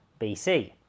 BC